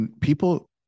People